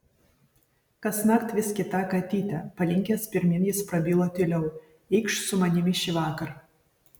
kasnakt vis kita katytė palinkęs pirmyn jis prabilo tyliau eikš su manimi šįvakar